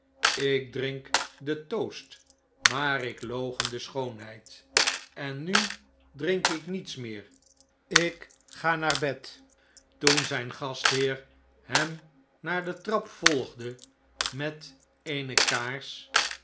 ik drink den toast maar ik loochen de schoonheid en nu drink ik niets meer ik ga naar bed toen zijn gastheer hem naar de trap volgde met eene kaars